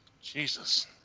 Jesus